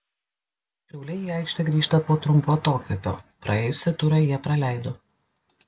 šiauliai į aikštę grįžta po trumpo atokvėpio praėjusį turą jie praleido